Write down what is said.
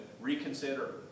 reconsider